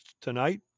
tonight